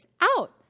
out